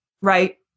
Right